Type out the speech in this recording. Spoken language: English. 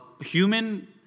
human